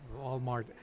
Walmart